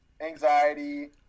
anxiety